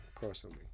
personally